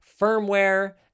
firmware